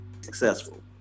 successful